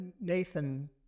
Nathan